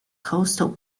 coastal